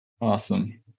Awesome